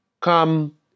come